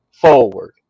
forward